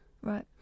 Right